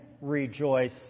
rejoice